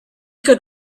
could